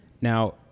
Now